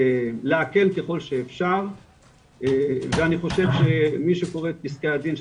להקל ככל שאפשר ואני חושב שמי שקורא את פסקי הדין,